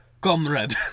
comrade